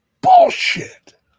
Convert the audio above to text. Bullshit